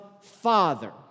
Father